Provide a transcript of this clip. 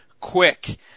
quick